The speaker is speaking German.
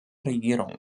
regierung